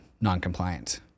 non-compliant